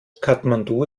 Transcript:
kathmandu